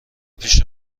پیش